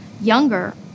younger